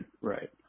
right